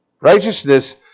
Righteousness